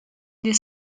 des